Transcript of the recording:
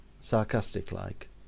sarcastic-like